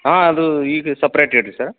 ಹಾಂ ಅದು ಈಗ ಸಪ್ರೇಟ್ ಇಡ್ರಿ ಸರ್